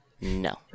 No